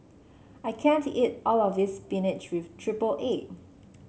I can't eat all of this spinach with triple egg